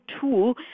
tool